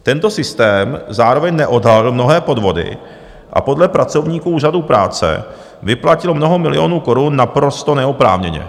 Tento systém zároveň neodhalil mnohé podvody a podle pracovníků Úřadu práce vyplatil mnoho milionů korun naprosto neoprávněně.